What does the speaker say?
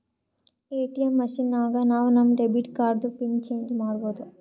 ATM machine ನಾಗ್ ನಾವ್ ನಮ್ ಡೆಬಿಟ್ ಕಾರ್ಡ್ದು ಪಿನ್ ಚೇಂಜ್ ಮಾಡ್ಬೋದು